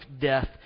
death